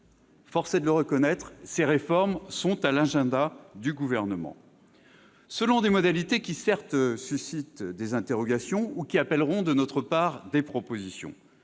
Force est de le reconnaître : ces réformes sont à l'agenda du Gouvernement, selon des modalités qui suscitent, certes, des interrogations ou qui appelleront de notre part des propositions.